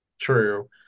True